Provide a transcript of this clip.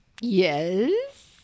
Yes